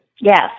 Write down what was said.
Yes